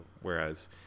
whereas